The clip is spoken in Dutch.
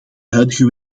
huidige